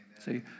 See